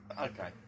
Okay